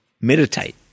meditate